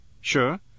sure